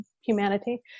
humanity